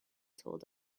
told